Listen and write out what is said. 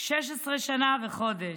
16 שנה וחודש,